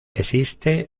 existe